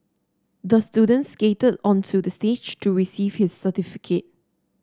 the student skated onto the stage to receive his certificate